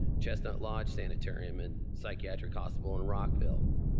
chestnut lodge sanitarium, and psychiatric hospital in rockville.